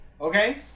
Okay